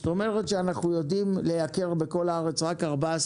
זאת אומרת שאנחנו יודעים לייקר בכל הארץ רק ב-14